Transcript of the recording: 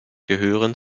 gehören